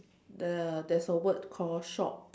there are there's a word called shop